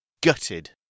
Gutted